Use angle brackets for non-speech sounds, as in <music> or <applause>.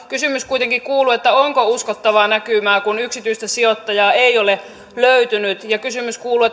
kysymys kuitenkin kuuluu onko uskottavaa näkymää kun yksityistä sijoittajaa ei ole löytynyt ja kysymys kuuluu <unintelligible>